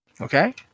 Okay